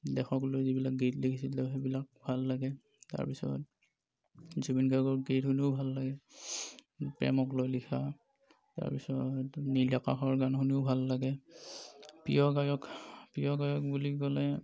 দেশক লৈ যিবিলাক গীত লিখিছিল সেইবিলাক ভাল লাগে তাৰ পিছত জুবিন গাৰ্গৰ গীত শুনিও ভাল লাগে প্ৰেমক লৈ লিখা তাৰ পিছত নীল আকাশৰ গান শুনিও ভাল লাগে প্ৰিয় গায়ক প্ৰিয় গায়ক বুলি ক'লে